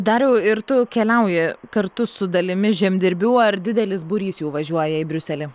dariau ir tu keliauji kartu su dalimi žemdirbių ar didelis būrys jų važiuoja į briuselį